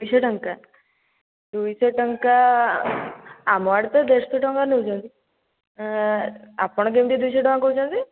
ଦୁଇଶହ ଟଙ୍କା ଦୁଇଶହ ଟଙ୍କା ଆମ ଆଡ଼େ ତ ଦେଢ଼ଶହ ଟଙ୍କା ନେଉଛନ୍ତି ଆପଣ କେମିତି ଦୁଇଶହ ଟଙ୍କା କହୁଛନ୍ତି